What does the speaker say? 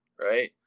right